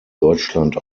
deutschland